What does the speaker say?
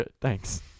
Thanks